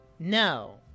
No